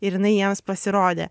ir jinai jiems pasirodė